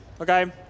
Okay